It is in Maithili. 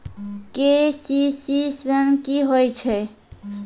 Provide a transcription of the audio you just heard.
के.सी.सी ॠन की होय छै?